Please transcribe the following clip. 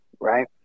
right